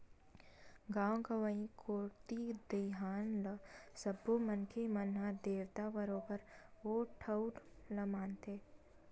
गाँव गंवई कोती दईहान ल सब्बो मनखे मन ह देवता बरोबर ओ ठउर ल मानथे